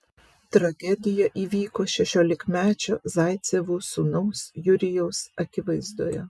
tragedija įvyko šešiolikmečio zaicevų sūnaus jurijaus akivaizdoje